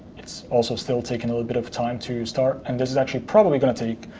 it's also still taking a little bit of time to start. and this is actually probably going to take